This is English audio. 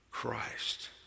Christ